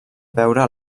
beure